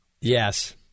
Yes